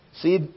See